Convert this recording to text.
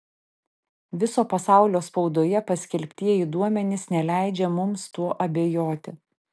viso pasaulio spaudoje paskelbtieji duomenys neleidžia mums tuo abejoti